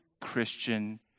Christian